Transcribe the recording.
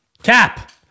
Cap